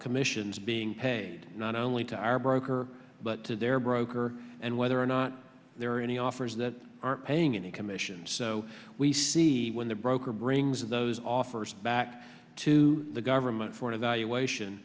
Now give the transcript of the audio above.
commissions being paid not only to our broker but to their broker and whether or not there are any offers that aren't paying any commissions so we see when the broker brings those offers back to the government for evaluation